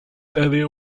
earlier